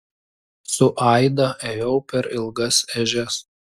su aida ėjau per ilgas ežias